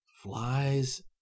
Flies